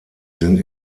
sind